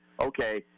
okay